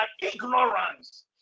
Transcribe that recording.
ignorance